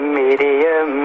medium